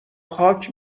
خاک